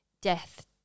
death